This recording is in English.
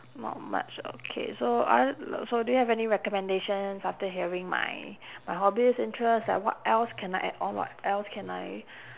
not much okay so oth~ so do you have any recommendations after hearing my my hobbies interest like what else can I add on what else can I